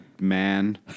man